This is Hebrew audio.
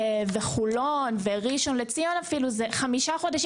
חולון וראשון לציון זה אפילו כחמישה חודשים